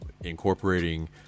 incorporating